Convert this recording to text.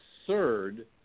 absurd